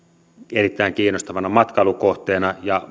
erittäin kiinnostavana matkailukohteena ja